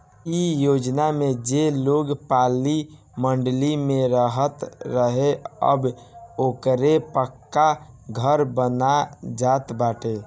इ योजना में जे लोग पलानी मड़इ में रहत रहे अब ओकरो पक्का घर बन जात बाटे